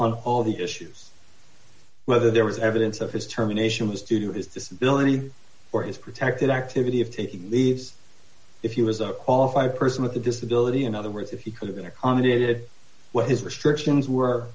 on all the issues whether there was evidence of his terminations was due to his disability or his protected activity if he leaves if you was a qualified person with a disability in other words if he could have been accommodated what his restrictions were